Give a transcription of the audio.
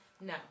No